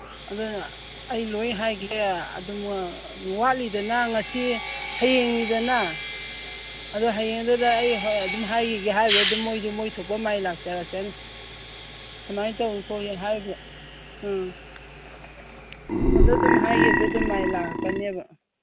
ꯑꯗꯨ ꯑꯩ ꯂꯣꯏꯅ ꯍꯥꯏꯒꯦ ꯑꯗꯨꯝ ꯋꯥꯠꯂꯤꯗꯅ ꯉꯁꯤ ꯍꯌꯦꯡꯅꯤꯗꯅ ꯑꯗꯣ ꯍꯌꯦꯡꯗꯨꯗ ꯑꯩ ꯍꯣꯔꯦꯟ ꯑꯗꯨꯝ ꯍꯥꯏꯒꯤꯒꯦ ꯍꯥꯏꯔꯨꯕꯗ ꯃꯣꯏꯁꯨ ꯃꯣꯏ ꯊꯣꯛꯄ ꯃꯥꯏꯅ ꯂꯥꯛꯆꯔꯁꯅꯤ ꯁꯨꯃꯥꯏꯅ ꯇꯧꯋꯦ ꯈꯣꯠꯂꯦ ꯍꯥꯏꯕꯗ ꯑꯥ ꯐꯣꯟꯗ ꯑꯗꯨꯝ ꯍꯥꯏꯒꯤꯕꯗ ꯑꯗꯨꯝ ꯃꯥꯏ ꯂꯥꯛꯀꯅꯦꯕ